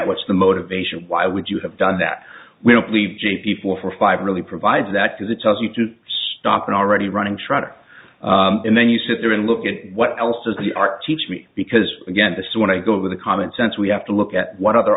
what's the motivation why would you have done that we don't leave j p for five really provides that because it tells you to stop an already running truck and then you sit there and look at what else is the art teacher because again this when i go over the common sense we have to look at what other